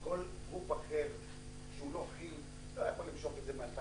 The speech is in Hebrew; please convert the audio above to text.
לא כי"ל לא היה יכול למשוך את זה מ-2016